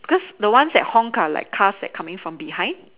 cause the ones that honk are like cars that coming from behind